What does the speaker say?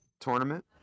tournament